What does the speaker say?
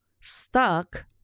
stuck